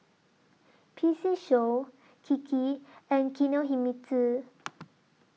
P C Show Kiki and Kinohimitsu